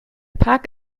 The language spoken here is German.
park